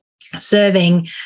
serving